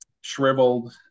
shriveled